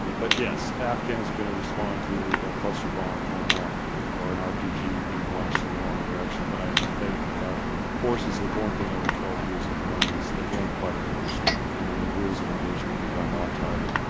um but, yes, afghans are going to respond to a cluster bomb going off or an rpg being launched in the wrong direction. but i have faith that our forces, if one thing over twelve years have learned, is they've learned quite a bit of restraint. and then the rules of engagement have gotten a lot tighter.